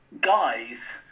guys